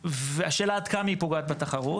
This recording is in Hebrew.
השאלה עד כמה היא פוגעת בתחרות?